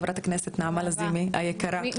נעמה לזימי היקרה.